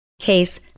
case